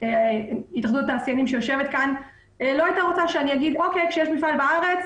התאחדות התעשיינים שיושבת כאן לא הייתה רוצה שאני אומר שכשיש מפעל בארץ,